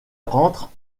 rentre